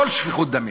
כל שפיכות דמים.